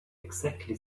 exactly